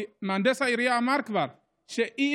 כי מהנדס העירייה אמר כבר שאי-אפשר,